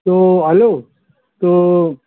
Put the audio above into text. تو ہیلو تو